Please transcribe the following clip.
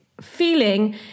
feeling